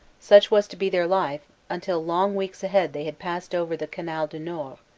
such was to be their life until long veeks ahead they had passed over the canal du nord,